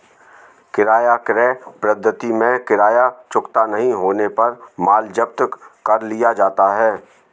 किराया क्रय पद्धति में किराया चुकता नहीं होने पर माल जब्त कर लिया जाता है